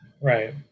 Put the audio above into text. Right